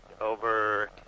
over